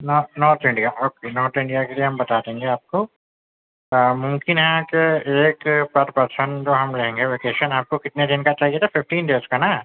north north India okay north India کے لیے ہم بتا دیں گے آپ کو ممکن ہے کہ ایک پر پرسن جو ہم لیں گے ویکیشن آپ کو کتنے دن کا چاہیے تھا ففٹین ڈیز کا نا